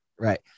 Right